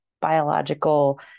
biological